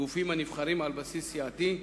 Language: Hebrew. גופים הנבחרים על בסיס סיעתי,